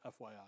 FYI